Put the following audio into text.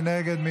מי נגד?